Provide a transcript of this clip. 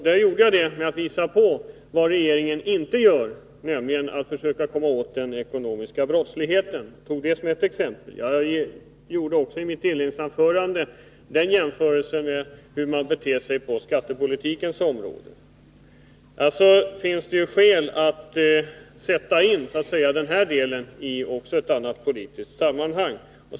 Jag gjorde det genom att visa på vad regeringen inte gör, nämligen försöker komma åt den ekonomiska brottsligheten — jag tog det som ett exempel. I mitt inledningsanförande redovisade jag också hur regeringen beter sig på skattepolitikens område. Det finns alltså skäl att sätta in den aktuella frågan i ett annat politiskt sammanhang.